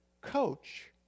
coach